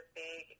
big